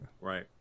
Right